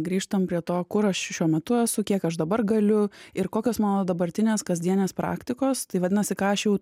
grįžtam prie to kur aš šiuo metu esu kiek aš dabar galiu ir kokios mano dabartinės kasdienės praktikos tai vadinasi ką aš jau